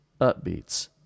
upbeats